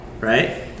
right